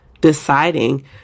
deciding